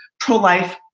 pro-life,